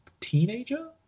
teenager